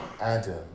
Adam